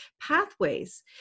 pathways